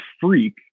freak